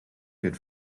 good